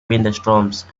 windstorms